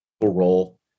role